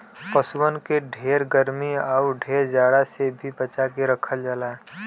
पसुअन के ढेर गरमी आउर ढेर जाड़ा से भी बचा के रखल जाला